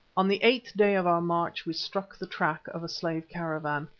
on the eighth day of our march we struck the track of a slave caravan.